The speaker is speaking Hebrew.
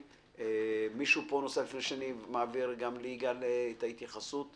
עוד מישהו רוצה לדבר לפני שאעביר ליגאל פרסלר את רשות הדיבור?